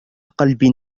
قلب